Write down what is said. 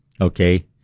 Okay